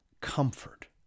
comfort